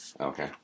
Okay